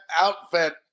outfit